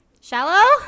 Shallow